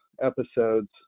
episodes